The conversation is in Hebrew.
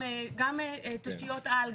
גם תשתיות על,